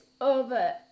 over